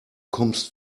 kommst